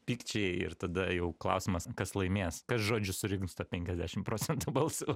pykčiai ir tada jau klausimas kas laimės kas žodžiu surinks tą penkiasdešim procentų balsų